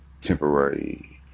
temporary